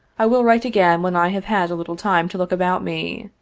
i will write again when i have had a little time to look about me.